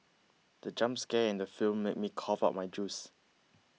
the jump scare in the film made me cough out my juice